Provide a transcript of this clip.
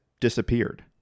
disappeared